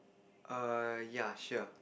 err ya sure